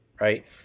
right